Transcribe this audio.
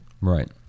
Right